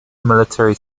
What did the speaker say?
military